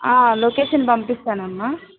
location పంపిస్తాను అమ్మ